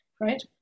right